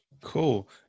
Cool